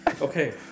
okay